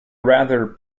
rather